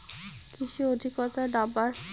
কৃষি অধিকর্তার নাম্বার?